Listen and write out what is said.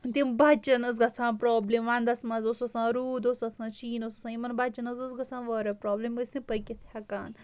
تِم بَچن اوس گژھان پرابلِم وَنٛدس منٛز اوس آسان روٗد اوس آسان شیٖن اوس آسان یِمن بَچن ٲس گژھان واریاہ پرابلِم یِم ٲسۍ نہٕ پٔکِتھ ہٮ۪کان